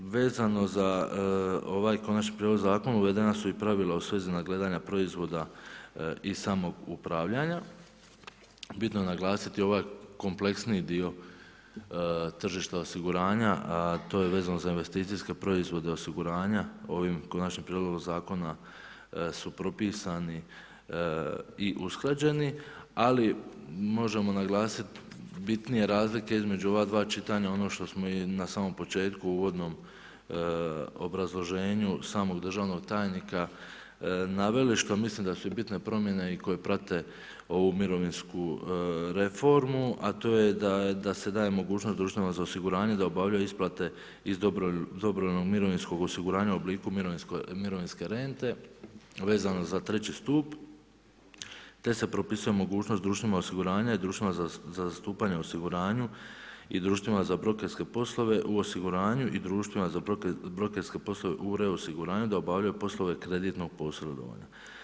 Vezano za ovaj konačni prijedlog zakona uvedena su i pravila u svezi nadgledanja proizvoda i samog upravljanja, bitno je naglasiti ovaj kompleksniji dio tržišta osiguranja, a to je vezano za investicijske proizvode osiguranja ovim konačnim prijedlogom zakona su propisani i usklađeni, ali možemo naglasit bitnije razlike između ova dva čitanja ono što smo i na samom početku u uvodnom obrazloženju samog državnog tajnika naveli što mislim da su i bitne promjene i koje prate ovu mirovinsku reformu, a to je da se daje mogućnost društvima za osiguranje da obavljaju isplate iz dobrovoljnog mirovinskog osiguranja u obliku mirovinske rente vezano za treći stup te se propisuje mogućnost društvima osiguranja i društvima za zastupanje u osiguranju i društvima za brokerske poslove u osiguranju i društvima za brokerske poslove u reosiguranju da obavljaju poslove kreditnog posredovanja.